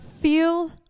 feel